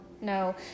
no